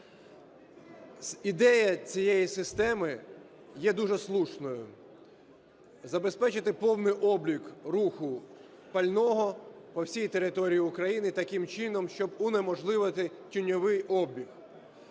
Ідея цієї системи є дуже слушною: забезпечити повний облік руху пального по всій території України таким чином, щоб унеможливити тіньовий обіг.